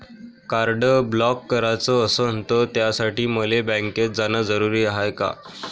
Card block कराच असनं त त्यासाठी मले बँकेत जानं जरुरी हाय का?